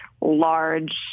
large